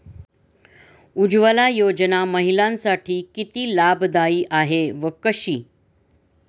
उज्ज्वला योजना महिलांसाठी किती लाभदायी आहे व कशी?